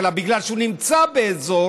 אלא בגלל שהוא נמצא באזור